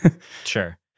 sure